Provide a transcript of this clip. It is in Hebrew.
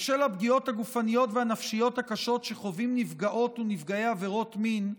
בשל הפגיעות הגופניות והנפשיות הקשות שחווים נפגעות ונפגעי עבירות מין,